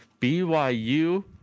BYU